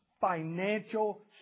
financial